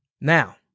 Now